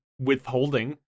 withholding